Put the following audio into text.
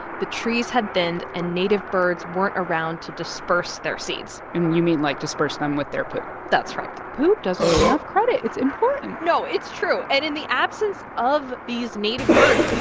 the trees had bent, and native birds weren't around to disperse their seeds and you mean, like, disperse them with their poop that's right poop doesn't get enough credit. it's important no, it's true. and in the absence of these native birds,